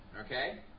okay